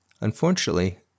Unfortunately